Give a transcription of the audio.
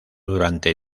durante